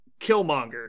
Killmonger